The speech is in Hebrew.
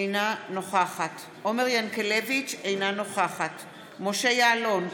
אינה נוכחת עומר ינקלביץ' אינה נוכחת משה יעלון,